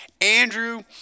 Andrew